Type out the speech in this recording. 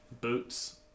boots